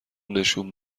نشون